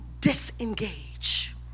disengage